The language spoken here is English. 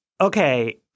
okay